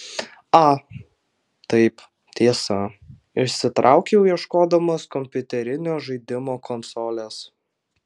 a taip tiesa išsitraukiau ieškodamas kompiuterinio žaidimo konsolės